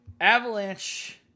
Avalanche